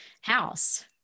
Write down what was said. house